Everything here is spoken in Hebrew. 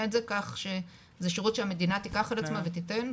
את זה כך שזה שירות שהמדינה תיקח על עצמה ותיתן,